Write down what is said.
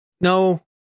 No